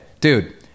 dude